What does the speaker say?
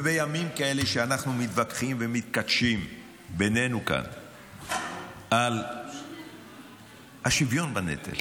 ובימים כאלה אנחנו מתווכחים ומתכתשים בינינו כאן על השוויון בנטל,